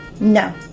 No